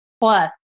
plus